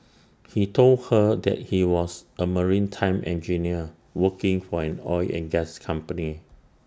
he told her that he was A maritime engineer working for an oil and gas company